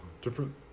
different